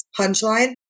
punchline